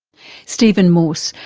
stephen morse.